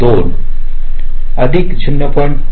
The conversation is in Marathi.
25 अधिक 2